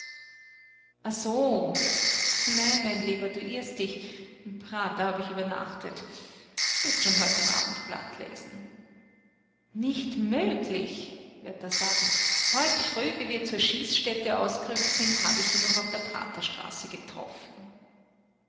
so nein mein lieber du irrst dich im prater hab ich übernachtet wirst schon heut im abendblatt lesen nicht möglich wird er sagen heut früh wie wir zur schießstätte ausgerückt sind hab ich ihn noch auf der praterstraße getroffen